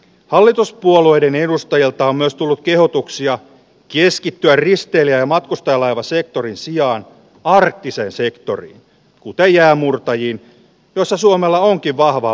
hallituspuolueiden edustajat a myös tul kehotuksia keskittyä risteilyjä ja matkustajalaiva sektorin sijaan parkkisen sektori ecu tai jäänmurtajiin joissa suomella onkin vahva